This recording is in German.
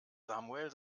samuel